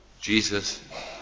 Jesus